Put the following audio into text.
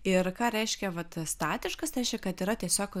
ir ką reiškia vat statiškas tai reiškia kad yra tiesiog